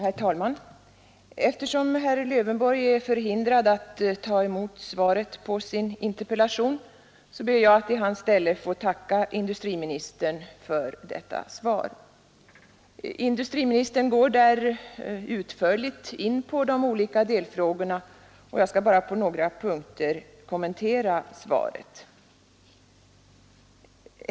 Herr talman! Eftersom herr Lövenborg är förhindrad att ta emot svaret på sin interpellation ber jag i hans ställe att få tacka industriministern för detta svar. Industriministern går där utförligt in på de olika delfrågorna, och jag skall bara på några punkter kommentera svaret.